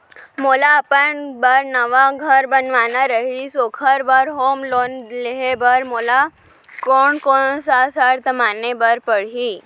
मोला अपन बर नवा घर बनवाना रहिस ओखर बर होम लोन लेहे बर मोला कोन कोन सा शर्त माने बर पड़ही?